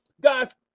guys